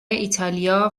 ایتالیا